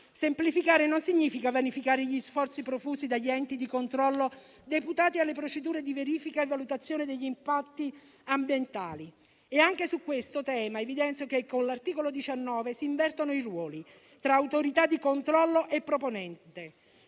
Semplificare non significa vanificare gli sforzi profusi dagli enti di controllo deputati alle procedure di verifica e valutazione degli impatti ambientali. Anche su questo tema evidenzio che, con l'articolo 19, si invertono i ruoli tra autorità di controllo e proponente,